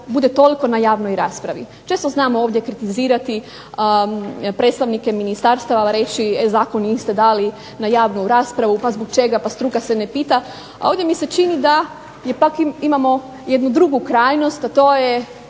bude toliko na javnoj raspravi. Često znamo ovdje kritizirati predstavnike ministarstava, reći e zakon niste dali na javnu raspravu, pa zbog čega, pa struka se ne pita, a ovdje mi se čini da pak imamo jednu drugu krajnost, a to je